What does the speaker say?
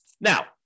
Now